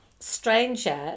stranger